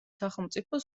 სახელმწიფო